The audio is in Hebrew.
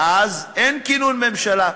ואז אין כינון ממשלה.